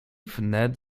wnet